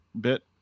bit